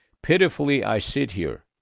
pitifully, i sit here.